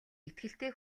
итгэлтэй